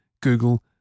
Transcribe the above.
Google